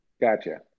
Gotcha